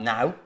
Now